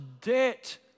debt